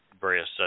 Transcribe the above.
various